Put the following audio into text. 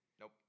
Nope